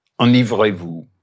Enivrez-vous